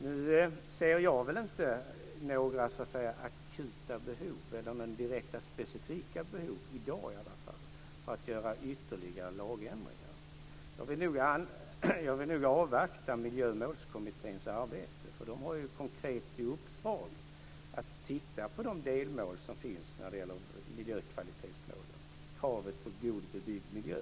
Nu ser jag inte några akuta behov, eller några direkt specifika behov i dag i alla fall, av att göra ytterligare lagändringar. Jag vill nog avvakta Miljömålskommitténs arbete, för de har ju konkret i uppdrag att titta på de delmål som finns när det gäller miljökvalitetsmålen. Det gäller exempelvis kravet på god bebyggd miljö.